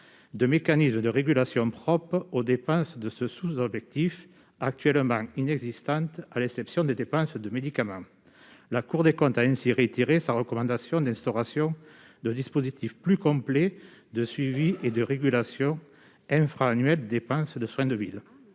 de mécanismes de régulation propres aux dépenses de ce sous-objectif, mécanismes actuellement inexistants à l'exception des dépenses de médicaments. La Cour des comptes a ainsi réitéré sa recommandation d'instaurer des dispositifs plus complets de suivi et de régulation infra-annuels des dépenses de soins de ville.